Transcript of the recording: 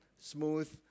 smooth